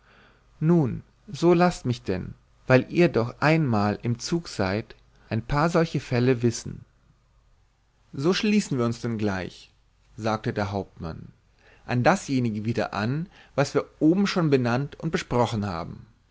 nun so laßt mich denn weil ihr doch einmal im zug seid ein paar solche fälle wissen so schließen wir uns denn gleich sagte der hauptmann an dasjenige wieder an was wir oben schon benannt und besprochen haben